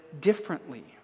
differently